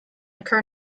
occur